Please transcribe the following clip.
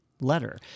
letter